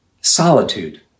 Solitude